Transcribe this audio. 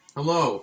Hello